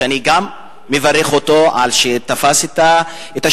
ואני מברך אותו על שתפס את השאלון,